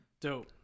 dope